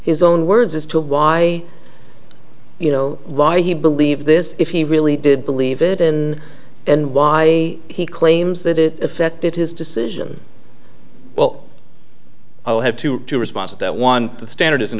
his own words as to why you know why he believes this if he really did believe it in and why he claims that it affected his decision well i'll have to respond to that one the standard is an